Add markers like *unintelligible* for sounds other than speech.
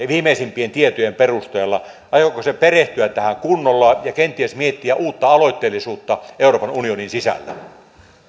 *unintelligible* viimeisimpien tietojen perusteella tähän ilmastonmuutoksen hillintään perehtyä kunnolla ja kenties miettiä uutta aloitteellisuutta euroopan unionin sisällä